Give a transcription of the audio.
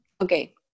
Okay